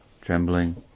trembling